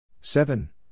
seven